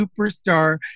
superstar